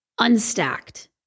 unstacked